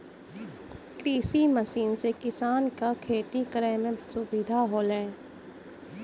कृषि मसीन सें किसान क खेती करै में सुविधा होलय